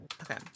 Okay